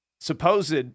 supposed